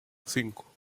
cinco